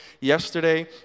Yesterday